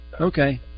Okay